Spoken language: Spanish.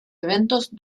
eventos